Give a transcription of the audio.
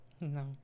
no